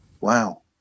Wow